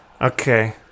Okay